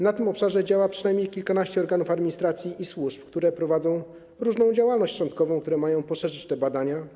Na tym obszarze działa przynajmniej kilkanaście organów administracji i służb, które prowadzą różną działalność szczątkową, które mają poszerzyć te badania.